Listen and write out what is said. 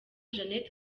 jeannette